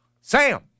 Sam